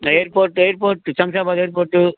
airport airport Shamshabad airport